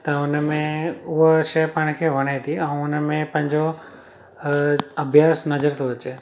त हुनमें हुअ शइ पाण खे वणे थी ऐं उनमें पंहिंजो अभ्यासु नज़र थो अचे